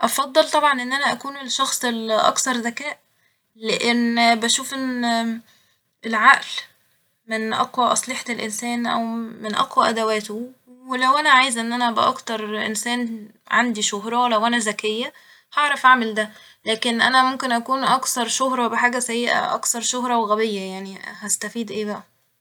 افضل طبعا ان انا أكون الشخص الأكثر ذكاء لإن بشوف إن العقل من أقوى أسلحة الإنسان أو من أقوى أدواته ولو أنا عايزه إن انا ابقى أكتر انسان عندي شهرة لو أنا ذكية هعرف اعمل ده ، لكن أنا ممكن أكون أكثر شهرة بحاجة سيئة أكثر شهرة وغبية يعني هستفيد ايه بقى ؟